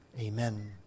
Amen